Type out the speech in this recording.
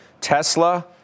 Tesla